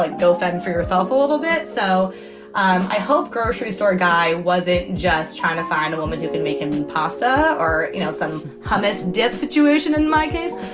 like go fend for yourself a little bit. so um i hope grocery store guy, was it just trying to find a woman who can make him pasta or you know some hummus dip situation in my case